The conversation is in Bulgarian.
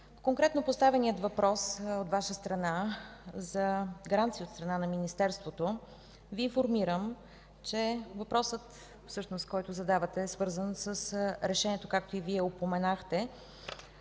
конкретно поставения въпрос от Ваша страна за гаранция от страна на Министерството Ви информирам, че въпросът, който задавате, е свързан с решението, както и Вие упоменахте,